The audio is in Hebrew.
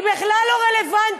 זה בכלל לא רלוונטי.